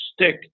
stick